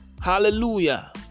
Hallelujah